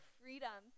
freedom